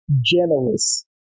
generous